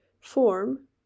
form